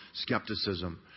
skepticism